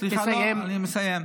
סליחה, לא, אני מסיים.